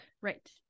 Right